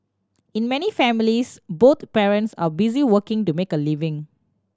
in many families both parents are busy working to make a living